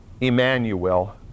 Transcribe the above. Emmanuel